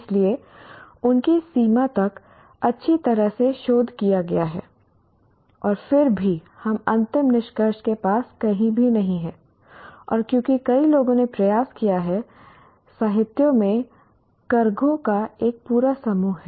इसलिए उनकी सीमा तक अच्छी तरह से शोध किया गया है और फिर भी हम अंतिम निष्कर्ष के पास कहीं भी नहीं हैं और क्योंकि कई लोगों ने प्रयास किया है साहित्य में करघों का एक पूरा समूह है